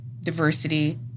diversity